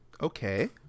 Okay